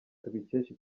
tubikesha